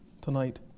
tonight